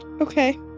Okay